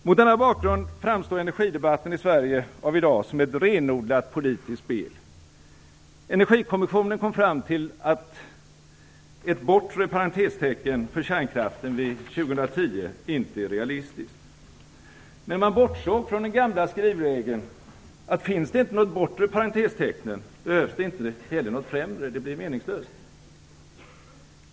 Mot denna bakgrund framstår energidebatten i Sverige av i dag som ett renodlat politiskt spel. Energikommissionen kom fram till att ett bortre parentestecken för kärnkraften vid 2010 inte är realistiskt. Men man bortsåg från den gamla skrivregeln att finns det inte något bortre parentestecken, behövs det inte heller något främre; det blir meningslöst.